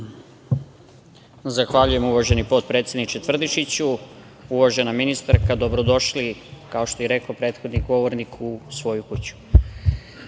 Zahvaljujem, uvaženi potpredsedniče Tvrdišiću. Uvažena ministarka, dobrodošli, kao što je i rekao prethodni govornik, u svoju kuću.U